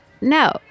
No